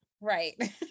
Right